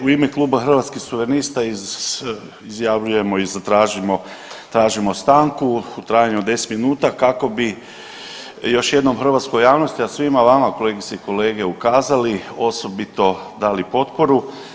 U ime kluba Hrvatskih suverenista izjavljujemo i tražimo stanku u trajnu od 10 minuta kako bi još jednom hrvatskoj javnosti, a svima vama kolegice i kolege ukazali osobito dali potporu.